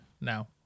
now